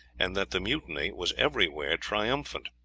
and that the mutiny was everywhere triumphant.